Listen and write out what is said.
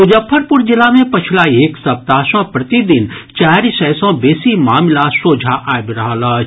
मुजफ्फरपुर जिला मे पछिला एक सप्ताह सँ प्रतिदिन चारि सय सँ बेसी मामिला सोझा आबि रहल अछि